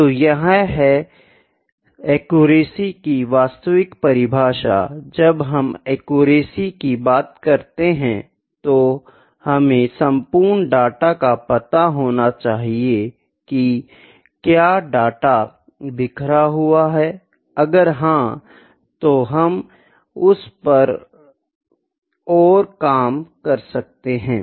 तो यह है एक्यूरेसी की वास्तविक परिभाषा जब हम एक्यूरेसी की बात करते है तो हमे सम्पूर्ण डेटा का पता होना चाहिए की क्या डेटा बिखरा हुआ है अगर हाँ तो हम उस पर ओर काम कर सकते है